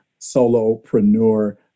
solopreneur